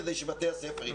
כדי שבתי הספר יפעלו,